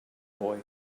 boy